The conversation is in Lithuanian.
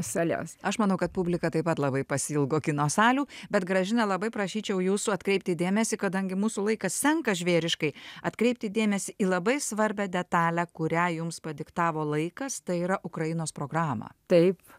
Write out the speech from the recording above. sales aš manau kad publika taip pat labai pasiilgo kino salių bet gražina labai prašyčiau jūsų atkreipti dėmesį kadangi mūsų laikas senka žvėriškai atkreipti dėmesį į labai svarbią detalę kurią jums padiktavo laikas tai yra ukrainos programą taip